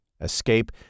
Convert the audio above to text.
Escape